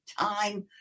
time